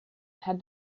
had